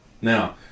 Now